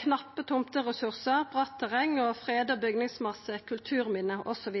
knappe tomteressursar, bratt terreng, freda bygningsmasse, kulturminne osv.